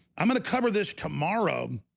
i'm gonna cover this tomorrow